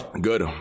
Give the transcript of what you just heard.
Good